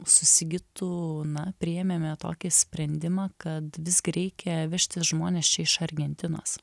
su sigitu na priėmėme tokį sprendimą kad visgi reikia vežtis žmones čia iš argentinos